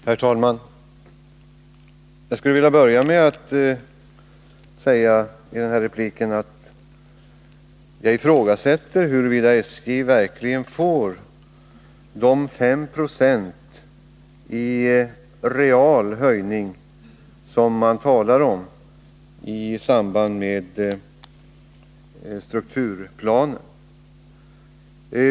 Herr talman! Jag vill börja denna replik med att säga att jag ifrågasätter huruvida SJ verkligen får de 5 90 i real höjning som det talas om i samband med strukturplanen.